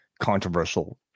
controversial